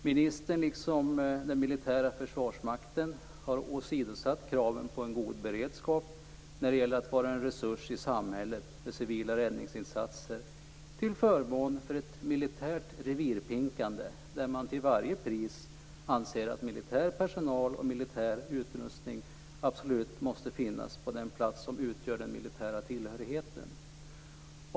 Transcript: Ministern, liksom den militära Försvarsmakten, har åsidosatt kraven på en god beredskap när det gäller att vara en resurs i samhället för civila räddningsinsatser, till förmån för ett militärt revirpinkande, där man till varje pris anser att militär personal och militär utrustning absolut måste finnas på den plats som utgör den militära tillhörigheten.